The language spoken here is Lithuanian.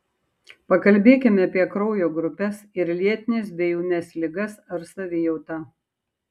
pakalbėkime apie kraujo grupes ir lėtines bei ūmias ligas ar savijautą